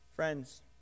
Friends